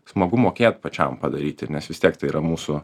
smagu mokėt pačiam padaryti nes vis tiek tai yra mūsų